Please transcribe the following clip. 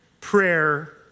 prayer